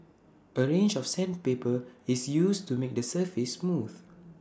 A range of sandpaper is used to make the surface smooth